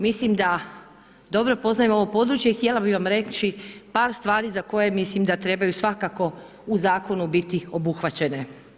Mislim da dobro poznajem ovo područje i htjela bi vam reći, par stvari za koje mislim da trebaju biti svakako u zakonu biti obuhvaćene.